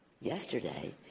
Yesterday